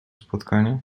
spotkanie